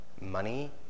money